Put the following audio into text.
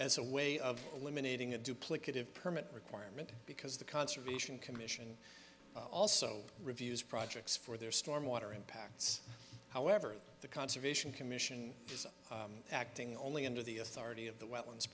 as a way of eliminating a duplicative permit requirement because the conservation commission also reviews projects for their storm water impacts however the conservation commission is acting only under the authority of the w